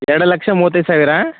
ಎರಡು ಲಕ್ಷ ಮೂವತ್ತೈದು ಸಾವಿರ